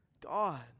God